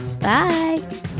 Bye